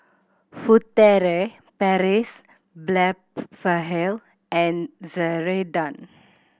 Furtere Paris Blephagel and Ceradan